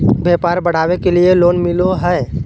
व्यापार बढ़ावे के लिए लोन मिलो है?